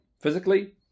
physically